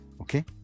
Okay